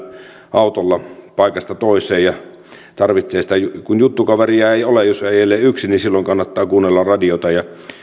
autolla paikasta toiseen ja tarvitsee radiota kun juttukaveria ei ole jos ajelee yksin silloin kannattaa kuunnella radiota